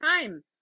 time